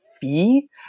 fee